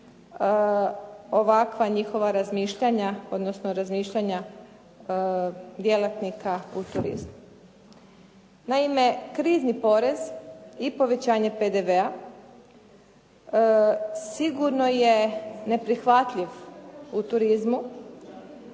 ovakva njihova razmišljanja, odnosno razmišljanja djelatnika u turizmu. Naime, krizni porez i povećanje PDV-a sigurno je neprihvatljiv u turizmu